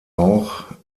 auch